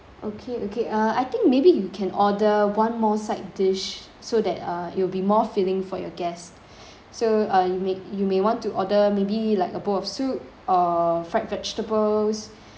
okay okay uh I think maybe you can order one more side dish so that uh it will be more filling for your guests so uh you may you may want to order maybe like a bowl of soup or fried vegetables